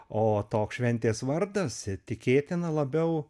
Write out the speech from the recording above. o toks šventės vardas tikėtina labiau